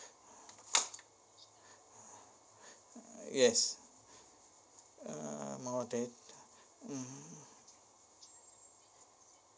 yes uh more data mmhmm